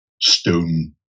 stone